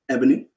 Ebony